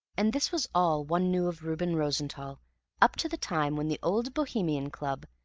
and this was all one knew of reuben rosenthall up to the time when the old bohemian club,